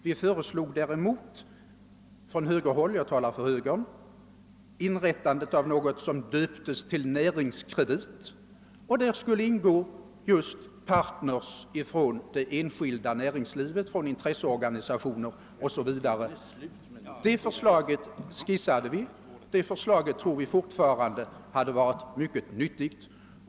Vi föreslog från högerhåll — jag talar för högerpartiet — inrättandet av något som döptes till »Näringskredit», vari skulle ingå partners från det enskilda näringslivet, intresseorganisationer o.s.v. Det förslaget skissade vi, och ett sådant institut tror vi fortfarande hade varit mycket nyttigt.